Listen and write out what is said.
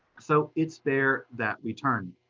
so it's there that we turn.